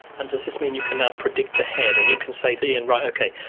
and does this mean you can now predict ahead and you can say to ian, okay,